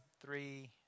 three